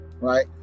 right